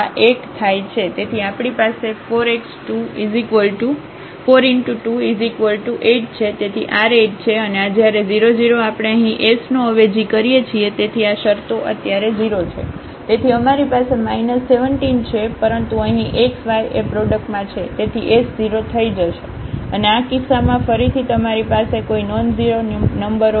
તેથી આપણી પાસે 4 × 2 8 છે તેથી r 8 છે અને આ જ્યારે છે 00 આપણે અહીં s નો અવેજી કરીએ છીએ તેથી આ શરતો અત્યારે 0 છે તેથી અમારી પાસે 17 છે પરંતુ અહીં xy એ પ્રોડક્ટમાં છે તેથી s 0 થઈ જશે અને આ કિસ્સામાં ફરીથી તમારી પાસે કોઈ નન ઝેરો નંબરો